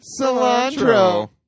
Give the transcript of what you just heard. Cilantro